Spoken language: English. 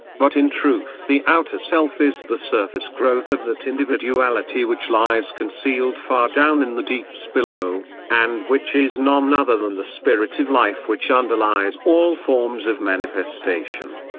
but in truth the outer self is the surface growth of that individuality which lies concealed far down in the deeps below, and which is none other than the spirit-of-life which underlies all forms of manifestation.